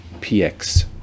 PX